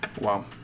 Wow